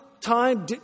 time